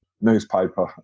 newspaper